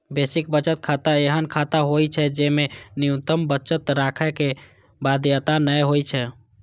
basic बचत खाता एहन खाता होइ छै, जेमे न्यूनतम बचत राखै के बाध्यता नै होइ छै